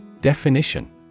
Definition